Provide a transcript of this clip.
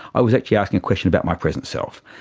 i was actually asking a question about my present self.